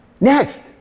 next